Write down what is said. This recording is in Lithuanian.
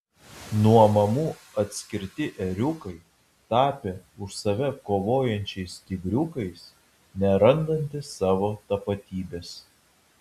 nuo mamų atskirti ėriukai tapę už save kovojančiais tigriukais nerandantys savo tapatybės